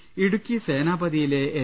ട ഇടുക്കി സേനാപതിയിലെ എൻ